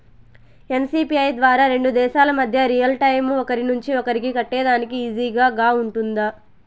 NCPI ద్వారా రెండు దేశాల మధ్య రియల్ టైము ఒకరి నుంచి ఒకరికి కట్టేదానికి ఈజీగా గా ఉంటుందా?